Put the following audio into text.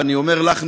ואני אומר לך,